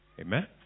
Amen